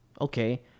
Okay